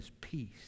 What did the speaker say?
peace